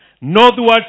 northward